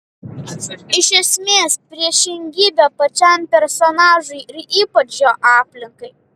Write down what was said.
iš esmės priešingybė pačiam personažui ir ypač jo aplinkai